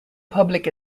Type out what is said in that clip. public